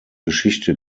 geschichte